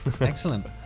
excellent